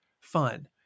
fun